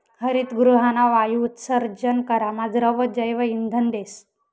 हरितगृहना वायु उत्सर्जन करामा द्रव जैवइंधन देस